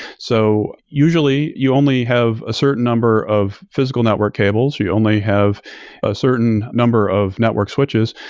so usually, you only have a certain number of physical network cables, you only have a certain number of network switches,